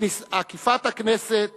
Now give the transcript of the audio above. עקיפת הכנסת